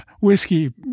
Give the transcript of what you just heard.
whiskey